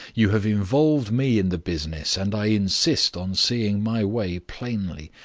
you have involved me in the business, and i insist on seeing my way plainly.